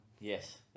yes